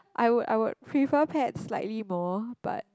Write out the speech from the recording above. I would I would prefer pets slightly more but